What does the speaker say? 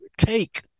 take